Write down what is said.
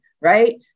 Right